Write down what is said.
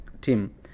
team